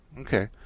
Okay